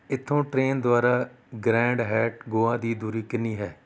ਇੱਥੋਂ ਟ੍ਰੇਨ ਦੁਆਰਾ Grand Hyatt Goa ਦੀ ਦੂਰੀ ਕਿੰਨੀ ਹੈ